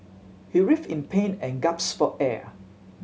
he writhed in pain and gasped for air